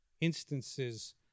instances